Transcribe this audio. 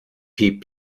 piep